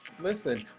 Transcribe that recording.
Listen